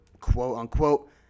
quote-unquote